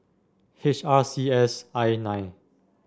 H R C S I nine